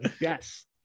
Yes